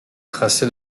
tracé